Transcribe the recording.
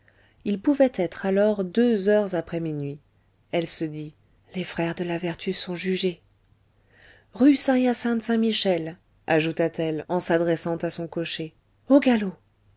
il pouvait être alors deux heures après minuit elle se dit les frères de la vertu sont jugés rue saint hyacinthe saint michel ajouta-t-elle en s'adressant à son cocher au galop